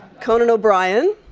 conan o'brien,